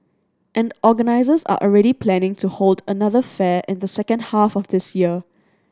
and organisers are already planning to hold another fair in the second half of this year